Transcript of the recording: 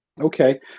Okay